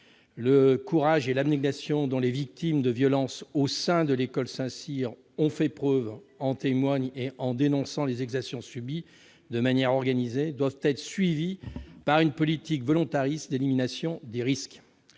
Le courage et l'abnégation dont les victimes de violences au sein de l'école de Saint-Cyr ont fait preuve, en témoignant et en dénonçant les exactions subies de manière organisée, doivent être suivis par une politique volontariste d'élimination des risques.